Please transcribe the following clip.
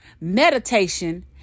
meditation